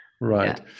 right